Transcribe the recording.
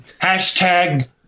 Hashtag